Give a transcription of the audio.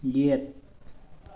ꯌꯦꯠ